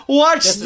watch